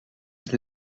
het